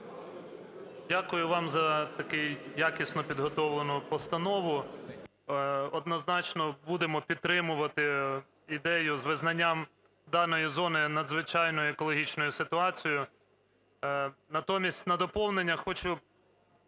Дякую вам за таку якісно підготовлену постанову. Однозначно будемо підтримувати ідею з визнанням даної зони надзвичайною екологічною ситуацією.